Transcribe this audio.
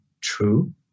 true